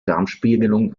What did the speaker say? darmspiegelung